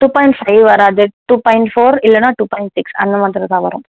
two point five வராது two point four இல்லைன்னா two point six அந்த மாதிரி தான் வரும்